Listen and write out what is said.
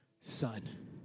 son